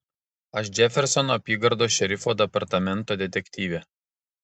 aš džefersono apygardos šerifo departamento detektyvė